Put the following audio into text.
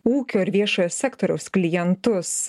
ūkio ir viešojo sektoriaus klientus